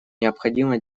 необходимо